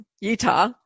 Utah